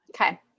Okay